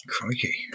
Crikey